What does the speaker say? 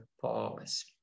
pause